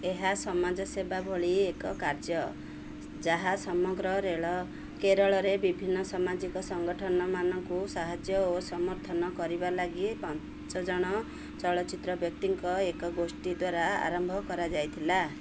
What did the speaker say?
ଏହା ସମାଜ ସେବା ଭଳି ଏକ କାର୍ଯ୍ୟ ଯାହା ସମଗ୍ର କେରଳରେ ବିଭିନ୍ନ ସାମାଜିକ ସଙ୍ଗଠନ ମାନଙ୍କୁ ସାହାଯ୍ୟ ଓ ସମର୍ଥନ କରିବା ଲାଗି ପାଞ୍ଚଜଣ ଚଳଚ୍ଚିତ୍ର ବ୍ୟକ୍ତିତ୍ୱଙ୍କ ଏକ ଗୋଷ୍ଠୀ ଦ୍ୱାରା ଆରମ୍ଭ କରାଯାଇଥିଲା